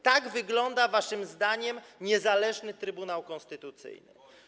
Tak wygląda waszym zdaniem niezależny Trybunał Konstytucyjny.